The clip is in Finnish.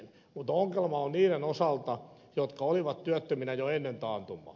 mutta ongelma on niiden osalta jotka olivat työttöminä jo ennen taantumaa